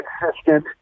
consistent